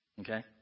okay